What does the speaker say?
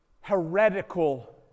heretical